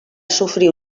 sofrir